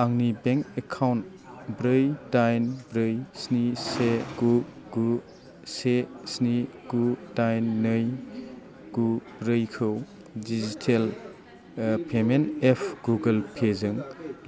आंनि bank account ब्रै दाइन ब्रै स्नि से गु गु से स्नि गु दाइन नै गु ब्रैखौ digital payment app Google Pay जों